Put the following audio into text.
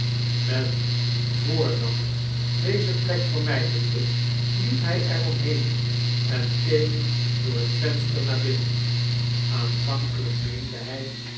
met voordacht deze plek vermijdende liep hij er omheen en keek door het venster naar binnen aanvankelijk meerude hij